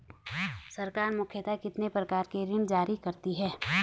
सरकार मुख्यतः कितने प्रकार के ऋण जारी करती हैं?